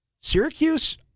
Syracuse